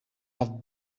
have